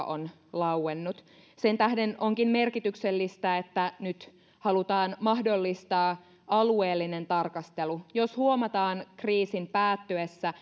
on lauennut sen tähden onkin merkityksellistä että nyt halutaan mahdollistaa alueellinen tarkastelu jos huomataan kriisin päättyessä